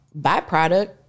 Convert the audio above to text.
byproduct